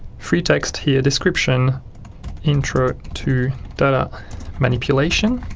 free text here description intro to data manipulation